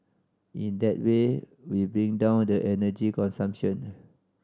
in that way we bring down the energy consumption